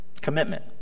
Commitment